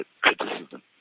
criticism